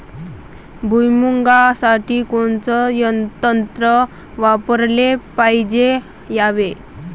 भुइमुगा साठी कोनचं तंत्र वापराले पायजे यावे?